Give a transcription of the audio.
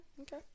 Okay